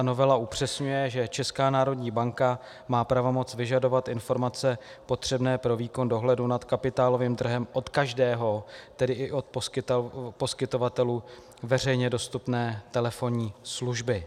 Novela upřesňuje, že Česká národní banka má pravomoc vyžadovat informace potřebné pro výkon dohledu nad kapitálovým trhem od každého, tedy i od poskytovatelů veřejně dostupné telefonní služby.